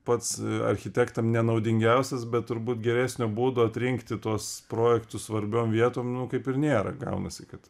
pats architektam nenaudingiausias bet turbūt geresnio būdo atrinkti tuos projektus svarbiom vietom kaip ir nėra gaunasi kad